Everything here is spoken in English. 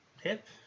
hip